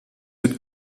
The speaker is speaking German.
mit